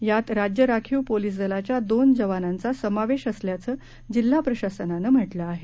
यात राज्य राखीव पोलीस दलाच्या दोन जवानांचा समावेश असल्याचं जिल्हा प्रशासनानं म्हटलं आहे